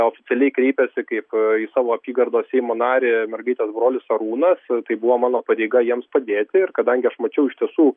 oficialiai kreipėsi kaip į savo apygardos seimo narį mergaitės brolis arūnas tai buvo mano pareiga jiems padėti ir kadangi aš mačiau iš tiesų